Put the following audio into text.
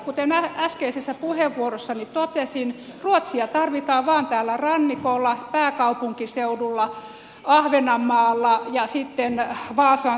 kuten äskeisessä puheenvuorossani totesin ruotsia tarvitaan vain täällä rannikolla pääkaupunkiseudulla ahvenanmaalla ja sitten vaasan seudulla